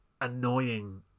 annoying